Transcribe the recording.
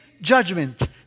judgment